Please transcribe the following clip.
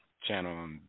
channel